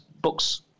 Books